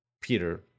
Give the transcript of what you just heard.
Peter